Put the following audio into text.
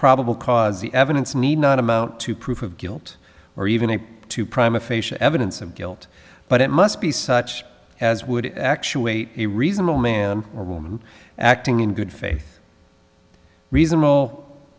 probable cause the evidence need not amount to proof of guilt or even a to prime a facia evidence of guilt but it must be such as would actuate a reasonable man or woman acting in good faith reasonable